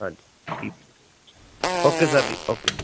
ਹਾਂਜੀ ਠੀਕ ਹੈ ਓਕੇ ਸਰ ਜੀ ਓਕੇ